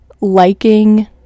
liking